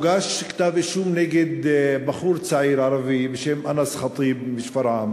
כתב-אישום נגד בחור צעיר ערבי בשם אנס ח'טיב משפרעם